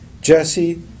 Jesse